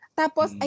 tapos